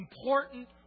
important